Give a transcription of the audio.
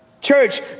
Church